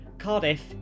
Cardiff